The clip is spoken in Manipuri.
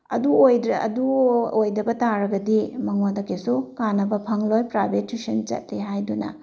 ꯑꯗꯨ ꯑꯣꯏꯗ꯭ꯔꯦ ꯑꯗꯨ ꯑꯣꯏꯗꯕ ꯇꯥꯔꯒꯗꯤ ꯃꯉꯣꯟꯗ ꯀꯔꯤꯁꯨ ꯀꯥꯟꯅꯕ ꯐꯪꯂꯣꯏ ꯄ꯭ꯔꯥꯏꯚꯦꯠ ꯇ꯭ꯋꯤꯁꯟ ꯆꯠꯂꯦ ꯍꯥꯏꯗꯨꯅ